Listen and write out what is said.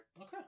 Okay